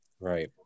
Right